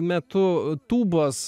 metu tūbos